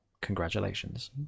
congratulations